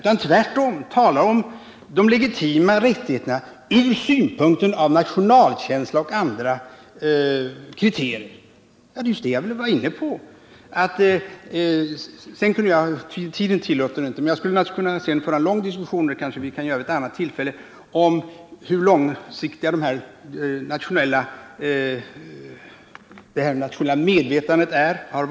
Han talade tvärtom om legitima rättigheter utifrån nationalkänsla och andra kriterier, och det var ju just detta som också jag var inne på. Sedan är det en annan sak hur långsiktigt det här nationella medvetandet är och har varit. Om detta skulle vi kunna föra en lång diskussion, men det kanske vi kan göra vid ett annat tillfälle, eftersom tiden nu inte räcker till för en sådan.